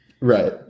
right